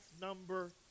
number